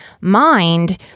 mind